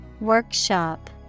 Workshop